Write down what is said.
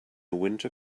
winter